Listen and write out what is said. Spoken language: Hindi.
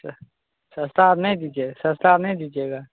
स सस्ता आर नय दीजिएगा सस्ता आर नय दीजिएगा